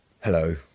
Hello